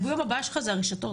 היום הבעיה שלך זה הרשתות.